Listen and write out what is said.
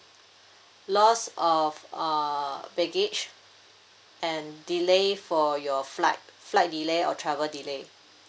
loss of uh baggage and delay for your flight flight delay or travel delay